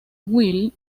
will